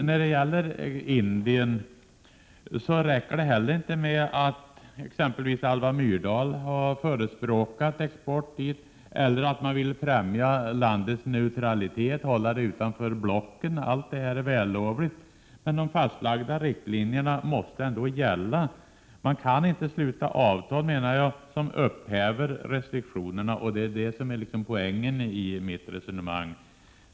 När det gäller Indien räcker det heller inte med att exempelvis Alva Myrdal har förespråkat export dit eller att man vill främja landets neutralitet och hålla det utanför blocken — allt detta är vällovligt, men de fastlagda riktlinjerna måste ändå gälla. Man kan inte sluta avtal som upphäver restriktionerna, menar jag — det är liksom det som är poängen i mitt resonemang.